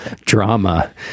drama